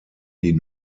die